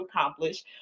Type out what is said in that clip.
accomplish